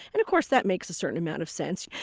and of course that makes a certain amount of sense.